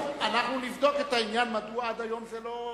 אנחנו נבדוק את העניין מדוע עד היום זה לא תוקן,